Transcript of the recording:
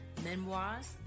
memoirs